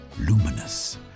luminous